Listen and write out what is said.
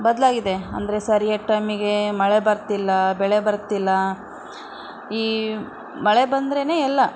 ಬದಲಾಗಿದೆ ಅಂದರೆ ಸರ್ಯಾದ ಟೈಮಿಗೆ ಮಳೆ ಬರ್ತಿಲ್ಲ ಬೆಳೆ ಬರ್ತಿಲ್ಲ ಈ ಮಳೆ ಬಂದ್ರೇ ಎಲ್ಲ